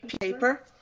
paper